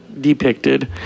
depicted